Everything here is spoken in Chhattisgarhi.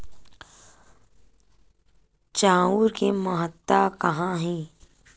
चांउर के महत्व कहां हे?